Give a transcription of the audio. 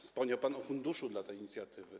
Wspomniał pan o funduszu dla tej inicjatywy.